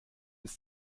ist